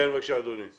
יעקב וכטל בבקשה.